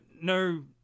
No